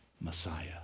Messiah